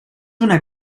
una